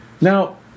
Now